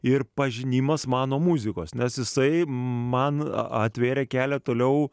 ir pažinimas mano muzikos nes jisai man atvėrė kelią toliau